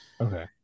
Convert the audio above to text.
Okay